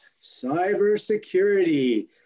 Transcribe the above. cybersecurity